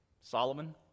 Solomon